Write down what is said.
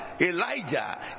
Elijah